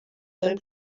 sein